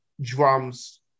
drums